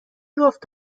گفت